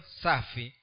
safi